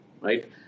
right